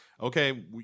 okay